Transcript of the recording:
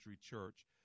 church